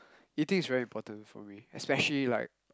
eating is very important for me especially like